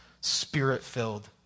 spirit-filled